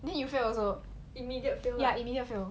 then you fail also ya immediate fail